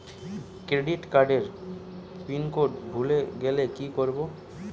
Credit কার্ডের pin code ভুলে গেলে কি করব?